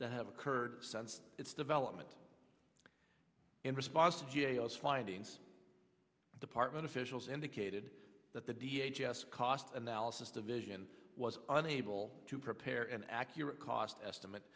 that have occurred since its development in response to g a o is findings department officials indicated that the d h s cost analysis division was unable to prepare an accurate cost estimate